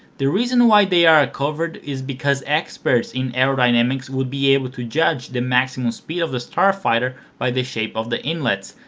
the reason why they were covered is because experts in aerodynamics would be able to judge the maximum speed of the starfighter by the shape of the inlets,